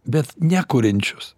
bet nekuriančius